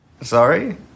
Sorry